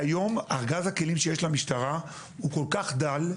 כיום, ארגז הכלים שיש למשטרה הוא כל כך דל,